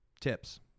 tips